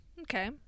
okay